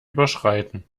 überschreiten